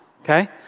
okay